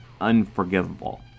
unforgivable